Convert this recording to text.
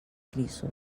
clisso